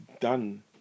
done